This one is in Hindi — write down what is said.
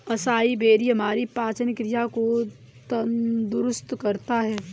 असाई बेरी हमारी पाचन क्रिया को दुरुस्त करता है